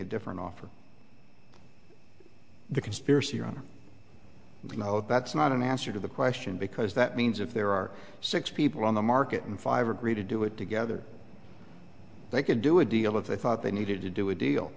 a different offer the conspiracy on the no that's not an answer to the question because that means if there are six people on the market and five agree to do it together they could do a deal if they thought they needed to do a deal